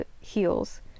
heels